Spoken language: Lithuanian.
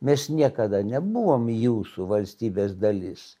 mes niekada nebuvom jūsų valstybės dalis